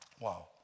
wow